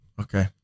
Okay